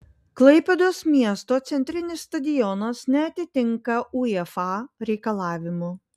klaipėdos miesto centrinis stadionas neatitinka uefa reikalavimų